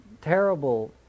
terrible